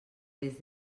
des